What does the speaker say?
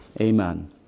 Amen